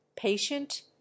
patient